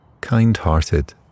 kind-hearted